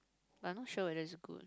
but I'm not sure whether is good